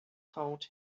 told